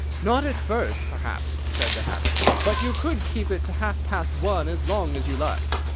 not at first, perhaps, said the hatter but you could keep it to half-past one as long as you liked.